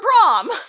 prom